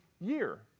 year